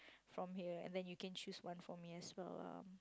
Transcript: from here and then you can choose one for me as well lah